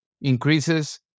increases